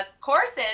courses